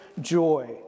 joy